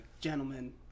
gentlemen